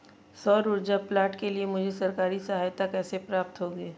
सौर ऊर्जा प्लांट के लिए मुझे सरकारी सहायता कैसे प्राप्त होगी?